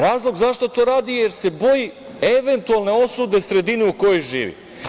Razlog zašto to radi je jer se boji eventualne osude sredine u kojoj živi.